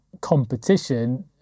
competition